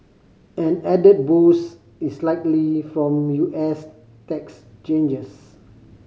an added boost is likely from U S tax changes